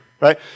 right